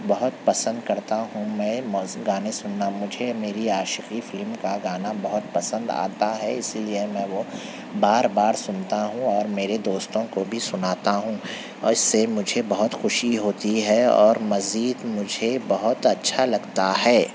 بہت پسند کرتا ہوں میں گانے سننا مجھے میری عاشقی فلم کا گانا بہت پسند آتا ہے اسی لئے میں وہ بار بار سنتا ہوں اور میرے دوستوں بھی کو سناتا ہوں اور اس سے مجھے بہت خوشی ہوتی ہے اور مزید مجھے بہت اچھا لگتا ہے